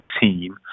team